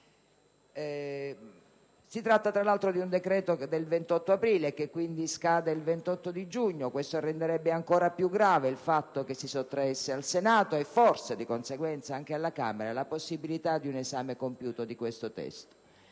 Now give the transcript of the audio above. Si tratta, tra l'altro, di un decreto del 28 aprile, che quindi scade il 28 giugno. Questo renderebbe ancora più grave il fatto che si sottraesse al Senato - e forse, di conseguenza, anche alla Camera dei deputati - la possibilità di un esame compiuto del testo.